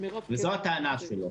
וזו הטענה שלו.